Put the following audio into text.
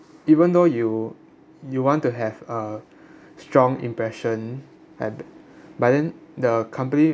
even though you you want to have uh strong impression a~ but then the company